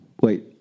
Wait